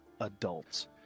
adults